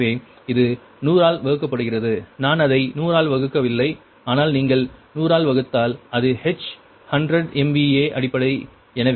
எனவே இது 100 ஆல் வகுக்கப்படுகிறது நான் அதை 100 ஆல் வகுக்கவில்லை ஆனால் நீங்கள் 100 ஆல் வகுத்தால் அது h 100 MVA அடிப்படை எனவே 1